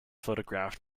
photographed